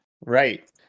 Right